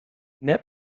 net